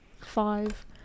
five